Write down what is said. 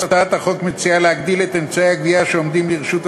הצעת החוק מציעה להגדיל את אמצעי הגבייה שעומדים לרשות הזוכה.